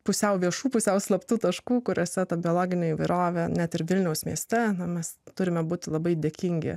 pusiau viešų pusiau slaptų taškų kuriuose tą biologinę įvairovę net ir vilniaus mieste na mes turime būti labai dėkingi